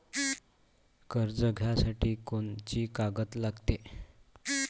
कर्ज घ्यासाठी कोनची कागद लागते?